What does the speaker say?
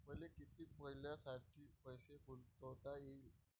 मले कितीक मईन्यासाठी पैसे गुंतवता येईन?